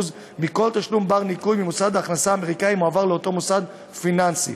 מכל תשלום בר-ניכוי ממקור הכנסה אמריקני המועבר לאותו מוסד פיננסי.